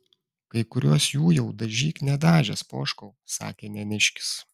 kai kuriuos jų jau dažyk nedažęs poškau sakė neniškis